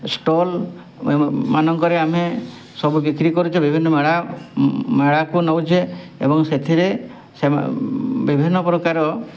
ଷ୍ଟଲ୍ମାନଙ୍କରେ ଆମେ ସବୁ ବିକ୍ରି କରିକି ବିଭିନ୍ନ ମେଳା ମେଳାକୁ ନଉଛେ ଏବଂ ସେଥିରେ ସେମା ବିଭିନ୍ନ ପ୍ରକାର